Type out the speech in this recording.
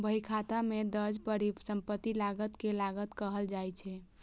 बहीखाता मे दर्ज परिसंपत्ति लागत कें लागत कहल जाइ छै